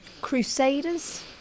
Crusaders